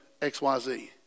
xyz